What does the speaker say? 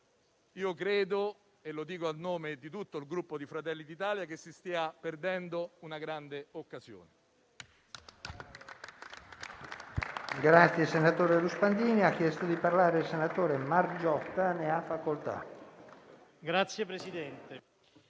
però - e lo dico a nome di tutto il Gruppo Fratelli d'Italia - che si stia perdendo una grande occasione.